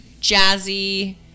jazzy